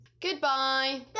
Goodbye